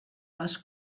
les